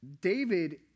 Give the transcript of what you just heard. David